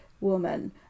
woman